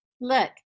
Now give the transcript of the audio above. Look